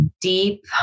deep